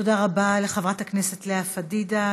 תודה רבה לחברת הכנסת לאה פדידה.